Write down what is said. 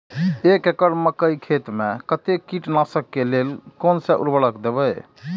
एक एकड़ मकई खेत में कते कीटनाशक के लेल कोन से उर्वरक देव?